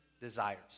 desires